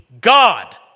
God